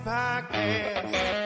Podcast